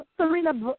Serena